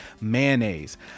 mayonnaise